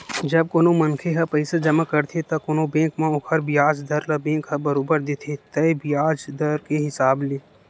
जब कोनो मनखे ह पइसा जमा करथे त कोनो बेंक म ओखर बियाज दर ल बेंक ह बरोबर देथे तय बियाज दर के हिसाब ले